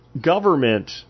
government